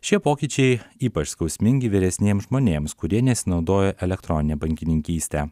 šie pokyčiai ypač skausmingi vyresniem žmonėms kurie nesinaudoja elektronine bankininkyste